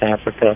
Africa